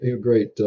great